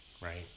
Right